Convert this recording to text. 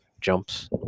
jumps